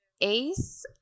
Ace